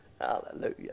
Hallelujah